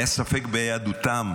היה ספק ביהדותם